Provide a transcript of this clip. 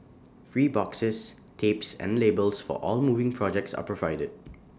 free boxes tapes and labels for all moving projects are provided